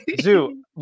Zoo